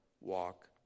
walk